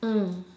mm